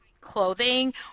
clothing